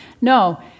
no